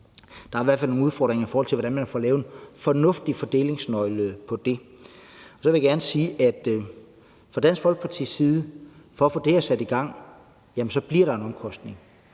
Der er i hvert fald nogle udfordringer, i forhold til hvordan man får lavet en fornuftig fordelingsnøgle af det. Så vil jeg gerne sige, at for Dansk Folkeparti at se, for at få det her sat i gang, bliver der en omkostning,